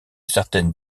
certaines